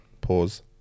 pause